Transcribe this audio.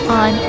on